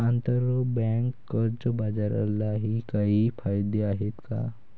आंतरबँक कर्ज बाजारालाही काही कायदे आहेत का?